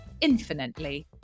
infinitely